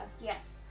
Yes